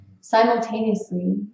Simultaneously